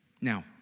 Now